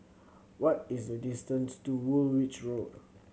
what is the distance to Woolwich Road